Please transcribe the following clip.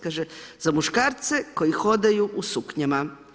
Kaže za muškarce koji hodaju u suknjama.